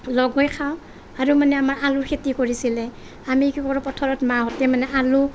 লগ হৈ খাওঁ আৰু মানে আমাৰ আলুৰ খেতি কৰিছিলে আমি কি কৰোঁ পথাৰত মাহঁতে মানে আলু